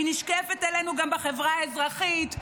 היא נשקפת אלינו גם בחברה האזרחית,